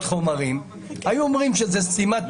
חומרים היו אומרים שזו סתימת פיות.